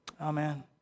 amen